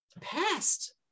past